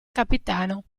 capitano